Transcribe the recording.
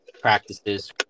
practices